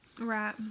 right